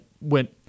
went